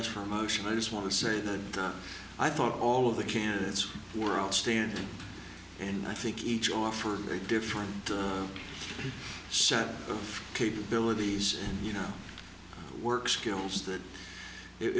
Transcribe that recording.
asked for a motion i just want to say that i thought all of the candidates were outstanding and i think each offered a different set of capabilities and you know work skills that it